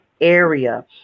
area